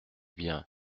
bien